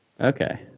Okay